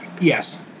Yes